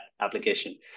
application